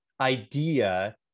idea